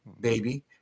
baby